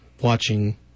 watching